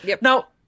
Now